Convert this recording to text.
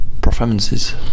performances